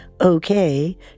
okay